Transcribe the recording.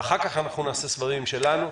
ואחר כך נעשה סבבים שלנו.